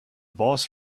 boss